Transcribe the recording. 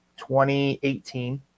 2018